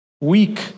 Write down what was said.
Weak